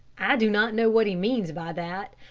i do not know what he means by that,